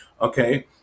okay